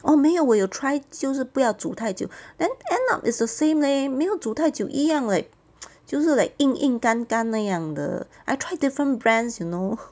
orh 没有我有 try 就是不要煮太久 then end up it's the same leh 没有煮太久一样 like 就是 like 硬硬干干那样的 I try different brands you know